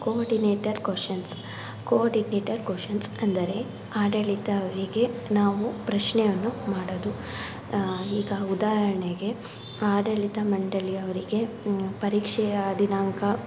coordinator questions coordinator questions ಅಂದರೆ ಆಡಳಿತ ಅವರಿಗೆ ನಾವು ಪ್ರಶ್ನೆಯನ್ನು ಮಾಡೋದು ಈಗ ಉದಾಹರಣೆಗೆ ಆಡಳಿತ ಮಂಡಳಿ ಅವರಿಗೆ ಪರೀಕ್ಷೆಯ ದಿನಾಂಕ